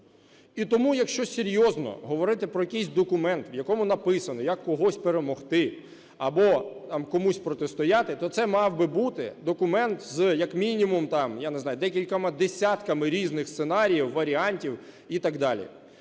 І тому, якщо серйозно говорити про якийсь документ, в якому написано, як когось перемогти або там комусь протистояти, то це мав би бути документ з як мінімум, я не знаю, декількома десятками різних сценаріїв, варіантів і так далі.